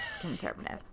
conservative